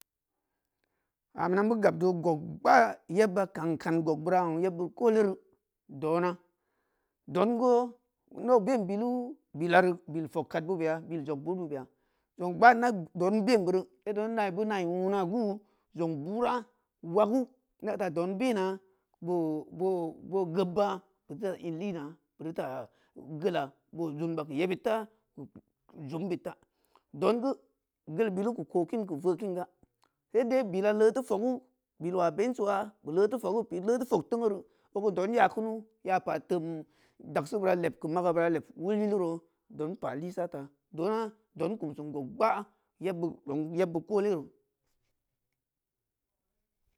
gog gbaa yebba kan kang gogbeura ong koderou dona donboo in dau ben bilu bilari bil fog kad beu beya bil jog guu beu beya jong gbaa ida donbein beuri seito benal beu nai wuu na guu jong burah waggu ida ta don bena bo bo gbebba beu teuta in lina idita geula boo dunba keu yebeud ta jom beud ta dong geu gel bilu keu kookin keu voo’ kin ga sedai bila lee teu foggu belwa bengeuwa beu lee teu foggu i lee te fogteng’uuru o geu don ya kunu ya pa toum dagsibeura leb keu mageu beura leb wul yiluro don pa lisa ta ɗeng’a don kumsin gog gbaa yeb beu zong yeb beu koolewo